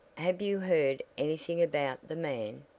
have you heard anything about the man?